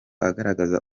agaragaza